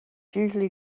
usually